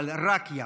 אבל רק יחד,